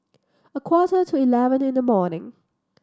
a quarter to eleven in the morning